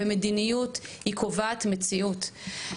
כי מדיניות קובעת מציאות.